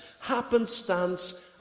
Happenstance